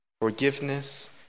Forgiveness